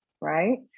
right